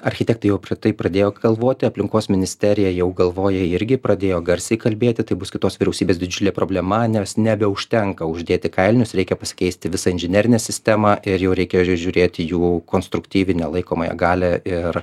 architektai jau taip pradėjo galvoti aplinkos ministerija jau galvoja irgi pradėjo garsiai kalbėti tai bus kitos vyriausybės didžiulė problema nes nebeužtenka uždėti kailinius reikia pasikeisti visą inžinerinę sistemą ir jau reikėjo žiūrėti jų konstruktyvinę laikomąją galią ir